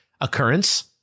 occurrence